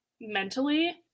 mentally